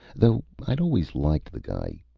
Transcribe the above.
though i'd always liked the guy.